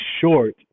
short